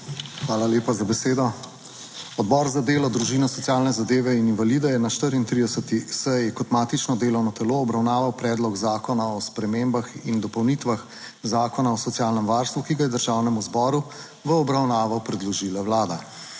Hvala lepa za besedo. Odbor za delo, družino, socialne zadeve in invalide je na 34. seji, kot matično delovno telo, obravnaval Predlog zakona o spremembah in dopolnitvah Zakona o socialnem varstvu, ki ga je Državnemu zboru v obravnavo predložila Vlada.